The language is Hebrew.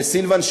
סילבן,